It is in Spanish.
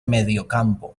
mediocampo